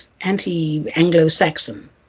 anti-Anglo-Saxon